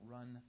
Run